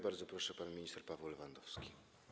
Bardzo proszę, pan minister Paweł Lewandowski.